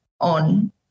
on